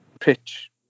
pitch